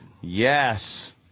Yes